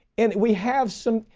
and we have some,